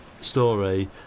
story